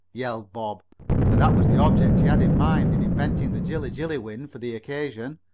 yelled bob, for that was the object he had in mind in inventing the jilla-jilly wind for the occasion.